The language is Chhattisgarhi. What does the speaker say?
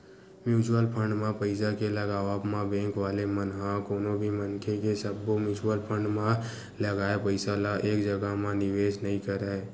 म्युचुअल फंड म पइसा के लगावब म बेंक वाले मन ह कोनो भी मनखे के सब्बो म्युचुअल फंड म लगाए पइसा ल एक जघा म निवेस नइ करय